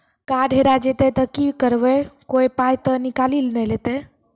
Card हेरा जइतै तऽ की करवै, कोय पाय तऽ निकालि नै लेतै?